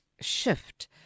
shift